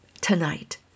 tonight